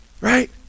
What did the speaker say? right